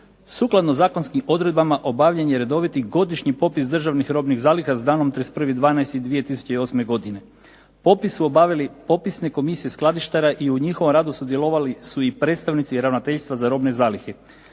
Sukladno zakonskim odredbama obavljen je redoviti godišnji popis državnih robnih zaliha s danom 31.12.2008. godine. Popis su obavile popisne komisije skladištara i u njihovom radu sudjelovali su i predstavnici Ravnateljstva za robne zalihe.